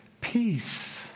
PEACE